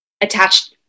attached